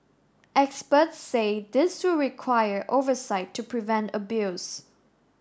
experts say this will require oversight to prevent abuse